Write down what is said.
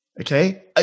Okay